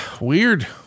weird